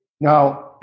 now